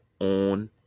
on